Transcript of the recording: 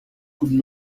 could